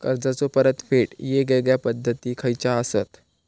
कर्जाचो परतफेड येगयेगल्या पद्धती खयच्या असात?